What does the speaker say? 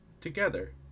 together